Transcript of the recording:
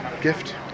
gift